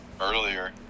earlier